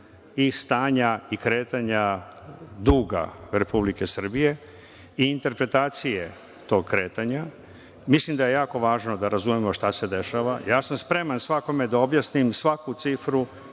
i stanja i kretanja duga Republike Srbije i interpretacije tog kretanja. Mislim da je jako važno da razumemo šta se dešava. Ja sam spreman da svakome objasnim svaku cifru